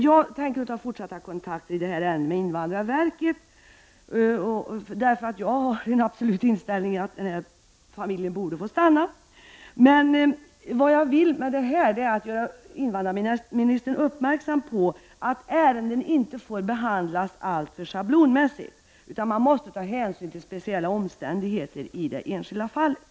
Jag tänker i detta ärende fortsätta att ta kontakter med invandrarverket, eftersom jag har den inställningen att familjen absolut borde få stanna. Vad jag vill med min interpellation är att göra invandrarministern uppmärksam på att ärenden inte får behandlas alltför schablonmässigt, utan att man måste ta hänsyn till speciella omständigheter i det enskilda fallet.